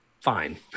fine